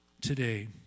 today